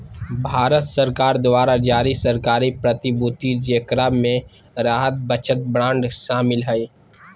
भारत सरकार द्वारा जारी सरकारी प्रतिभूति जेकरा मे राहत बचत बांड शामिल हइ